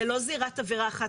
זה לא זירת עבירה אחת,